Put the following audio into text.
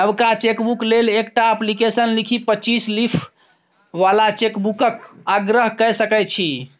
नबका चेकबुक लेल एकटा अप्लीकेशन लिखि पच्चीस लीफ बला चेकबुकक आग्रह कए सकै छी